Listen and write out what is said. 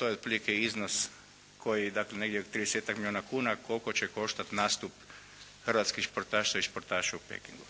otprilike iznos koji dakle negdje 30 milijuna kuna koliko će koštati nastup hrvatskih športaša i športaša u Pekingu.